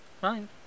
fine